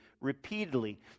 repeatedly